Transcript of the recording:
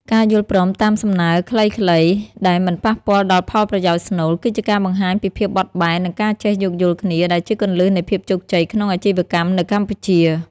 ការយល់ព្រមតាមសំណើខ្លះៗដែលមិនប៉ះពាល់ដល់ផលប្រយោជន៍ស្នូល គឺជាការបង្ហាញពីភាពបត់បែន និងការចេះយោគយល់គ្នា ដែលជាគន្លឹះនៃភាពជោគជ័យក្នុងអាជីវកម្មនៅកម្ពុជា។